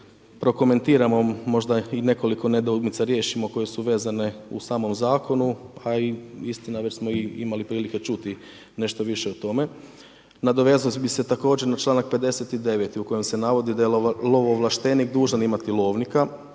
da prokomentiramo možda i nekoliko nedoumica riješimo koje su vezane u samom zakonu, pa i istina već smo i imali čuti o tome. Nadovezao bi se također na članak 59. u kojem se navodi da je lovo ovlaštenik dužan imati lovnika,